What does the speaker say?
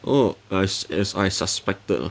orh as as I suspected lah